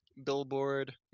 billboard